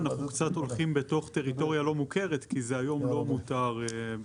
אנחנו קצת הולכים בתוך טריטוריה לא מוכרת כי זה היום לא מותר בדין.